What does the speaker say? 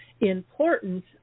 important